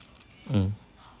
mm